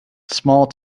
small